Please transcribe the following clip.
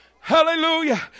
hallelujah